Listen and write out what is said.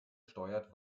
steuert